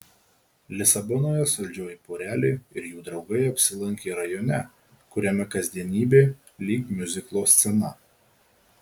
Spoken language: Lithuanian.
lisabonoje saldžioji porelė ir jų draugai apsilankė rajone kuriame kasdienybė lyg miuziklo scena